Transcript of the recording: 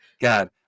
God